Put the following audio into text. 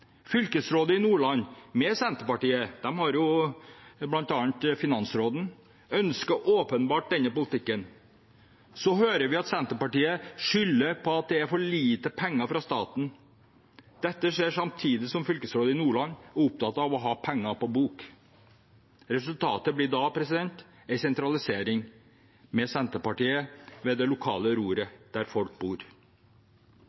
Fylkesrådet i Nordland, der Senterpartiet bl.a. har finansråden, ønsker åpenbart denne politikken. Så hører vi at Senterpartiet skylder på at det er for lite penger fra staten. Dette skjer samtidig som fylkesrådet i Nordland er opptatt av å ha penger på bok. Resultatet blir da en sentralisering – med Senterpartiet ved det lokale roret,